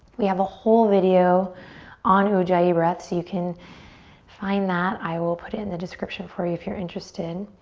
we have a whole video on ujjayi breath so you can find that. i will put it in the description for you if you're interested.